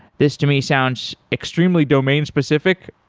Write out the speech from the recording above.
this to me sounds extremely domain specific.